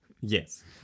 yes